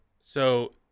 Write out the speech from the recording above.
So-